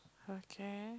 okay